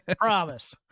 Promise